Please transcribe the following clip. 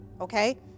okay